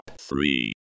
three